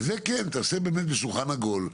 את זה כן תעשה באמת בשולחן עגול.